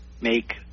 make